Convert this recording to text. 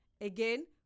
Again